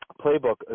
playbook